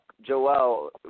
Joel